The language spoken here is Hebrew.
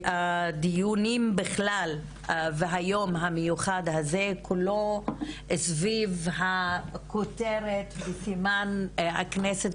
הדיונים בכלל והיום המיוחד הזה כולו סביב הכותרת בסימן הכנסת,